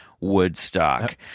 Woodstock